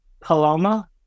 Paloma